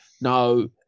no